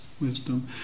Wisdom